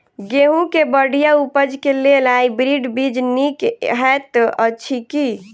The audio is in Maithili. गेंहूँ केँ बढ़िया उपज केँ लेल हाइब्रिड बीज नीक हएत अछि की?